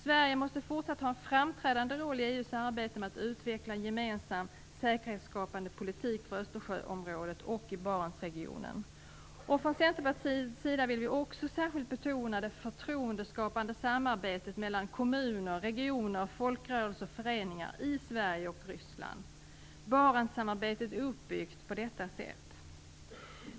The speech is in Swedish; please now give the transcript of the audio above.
Sverige måste fortsatt ha en framträdande roll i EU:s arbete med att utveckla en gemensam säkerhetsskapande politik för Östersjöområdet och i Barentsregionen. Från Centerpartiets sida vill vi också särskilt betona det förtroendeskapande samarbetet mellan kommuner, regioner, folkrörelser och föreningar i Sverige och Ryssland. Barentssamarbetet är uppbyggt på detta sätt.